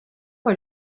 for